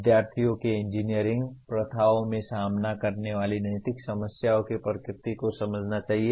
विद्यार्थियों को इंजीनियरिंग प्रथाओं में सामना करने वाली नैतिक समस्याओं की प्रकृति को समझना चाहिए